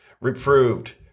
reproved